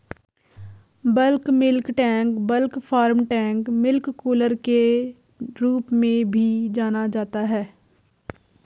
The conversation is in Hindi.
bulk milk tank bulk farm tank milk cooler के रूप में भी जाना जाता है,